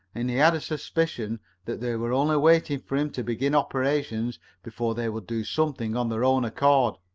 and he had a suspicion that they were only waiting for him to begin operations before they would do something on their own account.